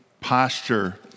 posture